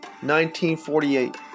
1948